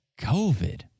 COVID